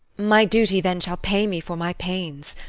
my duty then shall pay me for my pains.